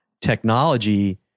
technology